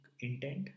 intent